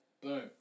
Boom